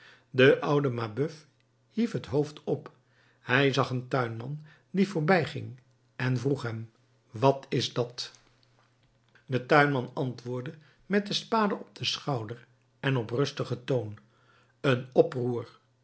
de oude mabeuf hief het hoofd op hij zag een tuinman die voorbijging en vroeg hem wat is dat de tuinman antwoordde met de spade op den schouder en op rustigen toon een oproer